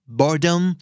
boredom